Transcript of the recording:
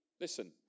Listen